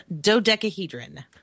dodecahedron